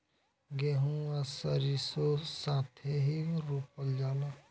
गेंहू आ सरीसों साथेही रोपल जाला